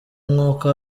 nk’uko